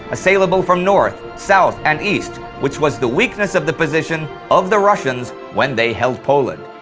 assailable from north, south, and east, which was the weakness of the position of the russians when they held poland.